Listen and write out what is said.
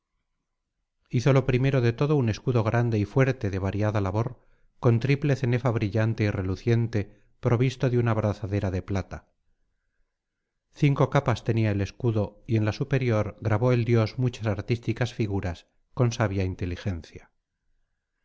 hizo lo primero de todo un escudo grande y fuerte de variada labor con triple cenefa brillante y reluciente provisto de una abrazadera de plata cinco capas tenía el escudo y en la superior grabó el dios muchas artísticas figuras con sabia inteligencia